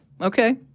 Okay